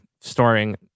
storing